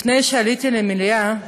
לפני שעליתי למליאה,